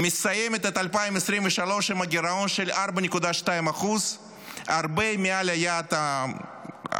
ומסיימת את שנת 2023 עם גירעון של 4.2% הרבה מעל היעד שנקבע,